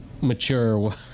mature